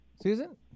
Susan